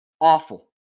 awful